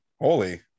holy